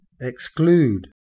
exclude